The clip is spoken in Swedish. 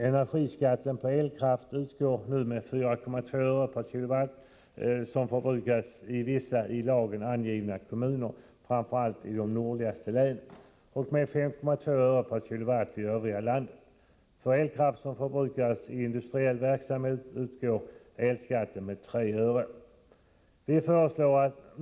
Energiskatten på elkraft utgår nu med 4,2 öre per kWh för vissa i lagen angivna kommuner, framför allt i de nordligaste länen, och med 5,2 öre per kWh i övriga delar av landet. För elkraft som förbrukas i industriell verksamhet utgår elskatten med 3 öre per kWh.